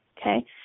okay